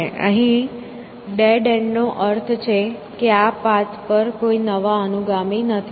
અહીં dead end નો અર્થ છે કે આ પાથ પર કોઈ નવા અનુગામી નથી